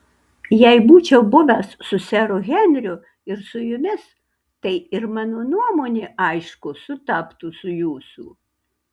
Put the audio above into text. jei būčiau buvęs su seru henriu ir su jumis tai ir mano nuomonė aišku sutaptų su jūsų